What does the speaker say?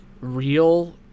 real